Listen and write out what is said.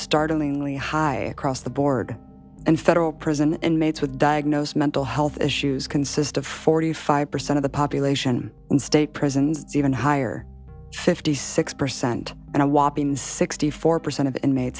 startlingly high across the board and federal prison inmates with diagnosed mental health issues consist of forty five percent of the population in state prisons even higher fifty six percent and a whopping sixty four percent of inmate